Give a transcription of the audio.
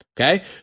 Okay